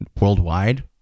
worldwide